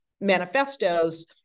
Manifestos